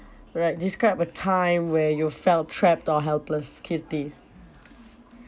right describe a time where you felt trapped or helpless katie